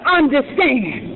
understand